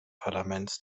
parlaments